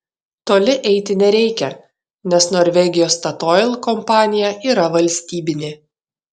toli eiti nereikia nes norvegijos statoil kompanija yra valstybinė